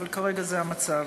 אבל כרגע זה המצב.